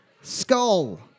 skull